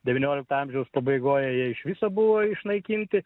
devyniolikto amžiaus pabaigoj iš viso buvo išnaikinti